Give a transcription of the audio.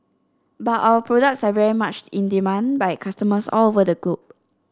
but our products are very much in demand by customers all over the globe